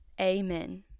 Amen